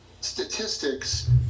statistics